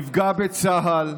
יפגע בצה"ל,